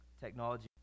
technology